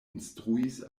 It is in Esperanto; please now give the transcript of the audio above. instruis